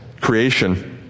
creation